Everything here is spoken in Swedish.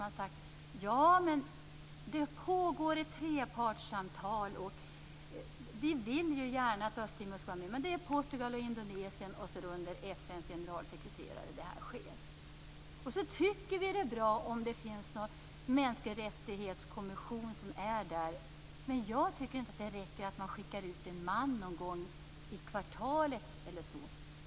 Man säger att det pågår trepartssamtal, och Östtimor skall ju få vara med. Det är alltså fråga om Portugal, Indonesien och FN:s generalsekreterare. Vi tycker att det är bra om det finns en kommission för mänskliga rättigheter på plats. Jag tycker inte att det räcker att skicka ut någon man någon gång i kvartalet.